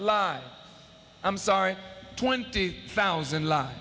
lives i'm sorry twenty thousand li